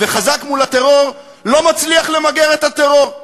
וחזק מול הטרור לא מצליח למגר את הטרור.